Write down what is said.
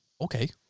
Okay